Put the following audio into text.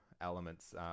elements